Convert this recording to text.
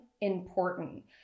important